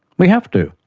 we have to,